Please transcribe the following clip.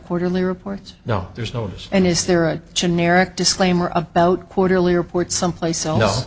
quarterly reports no there's no deal and is there a generic disclaimer about quarterly reports someplace else